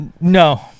no